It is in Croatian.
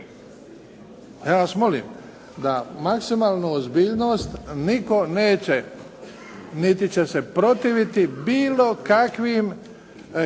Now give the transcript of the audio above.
Ja vas molim da maksimalno ozbiljnost, nitko neće niti će se protiviti bilo kakvim kritikama,